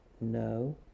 No